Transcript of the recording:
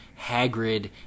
hagrid